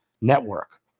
Network